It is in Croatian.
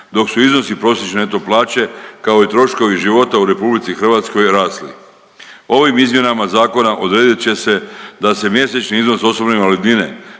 dok su iznosi prosječne neto plaće, kao i troškovi života u RH rasli. Ovim izmjenama zakona odredit će se da se mjesečni iznos osobne invalidnine,